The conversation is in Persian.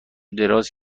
دراز